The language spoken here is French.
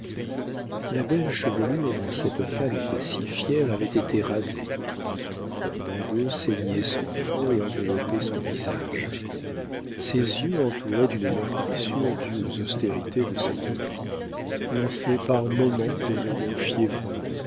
la belle chevelure dont cette femme était si fière avait été rasée un bandeau ceignait son front et enveloppait son visage ses yeux entourés d'une meurtrissure due aux austérités de cette vie lançaient par moments des rayons fiévreux